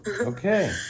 Okay